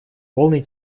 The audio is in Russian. полный